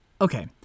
Okay